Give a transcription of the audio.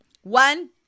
One